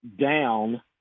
down